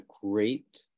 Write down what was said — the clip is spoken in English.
great